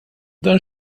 dan